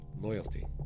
loyalty